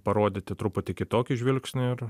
parodyti truputį kitokį žvilgsnį ir